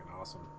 awesome